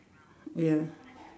ya